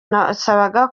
nabasaba